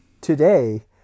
today